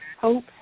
Hope